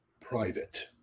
private